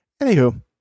Anywho